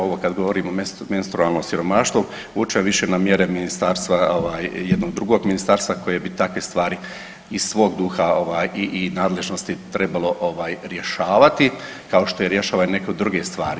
Ovo kad govorimo o menstrualnom siromaštvu vuče više na mjere Ministarstva ovaj, jednog drugog ministarstva koje bi takve stvari iz svog duha i nadležnosti trebalo ovaj rješavati kao što je rješava neke druge stvari.